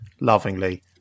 lovingly